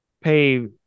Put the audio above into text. pay